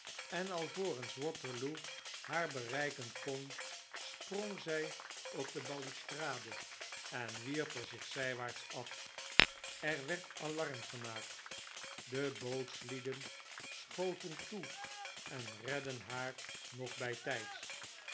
en alvorens waterloo haarbereiken kon sprong zy op de balustrade en wierp er zich zywaarts af er werd alarm gemaakt de bootslieden schoten toe en redden naar nog bytyds